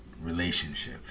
relationship